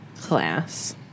class